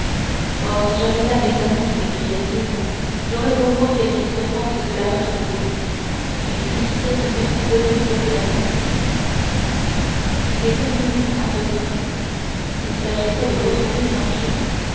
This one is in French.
si j'avais là mes amis s'écriait-il j'aurais au moins quelque espérance de la retrouver mais qui sait ce qu'ils sont devenus eux-mêmes il était minuit à peu près il s'agissait de retrouver planchet